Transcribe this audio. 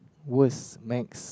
worse next